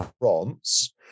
France